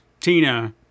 tina